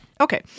Okay